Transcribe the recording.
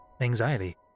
anxiety